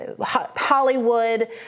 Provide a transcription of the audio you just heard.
Hollywood